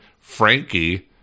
Frankie